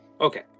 Okay